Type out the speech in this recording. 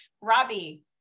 Robbie